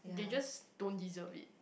they just don't deserve it